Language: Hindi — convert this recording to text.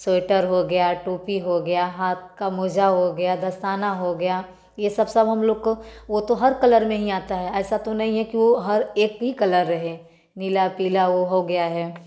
स्वेटर हो गया टोपी हो गया हाथ का मोजा हो गया दस्ताना हो गया यह सब सब हम लोग को वह तो हर कलर में ही आता है ऐसा तो नहीं है कि वह हर एक ही कलर रहे नीला पीला वह हो गया है